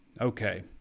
Okay